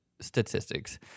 statistics